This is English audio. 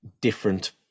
different